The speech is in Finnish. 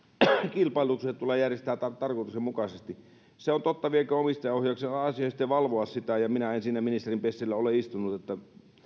kilpailutukset tulee järjestää tarkoituksenmukaisesti se on totta vieköön omistajaohjauksen asia sitten valvoa sitä ja minä en sillä ministerinpaikalla ole istunut niin että